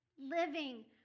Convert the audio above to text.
Living